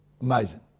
Amazing